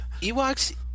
Ewoks